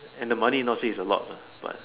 and the money not say is a lot lah but